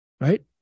right